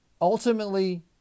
Ultimately